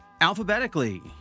alphabetically